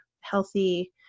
healthy